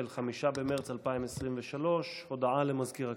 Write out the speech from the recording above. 5 במרץ 2023. הודעה למזכיר הכנסת,